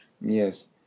Yes